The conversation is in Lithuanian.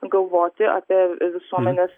galvoti apie visuomenės